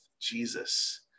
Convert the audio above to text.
Jesus